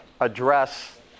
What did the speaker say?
address